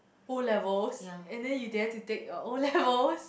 O-levels and then you dare to take your O-levels